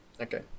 okay